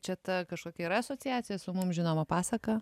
čia ta kažkokia yra asociacija su mum žinoma pasaka